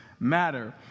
matter